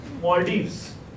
Maldives